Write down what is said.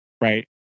right